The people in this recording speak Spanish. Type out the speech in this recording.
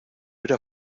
era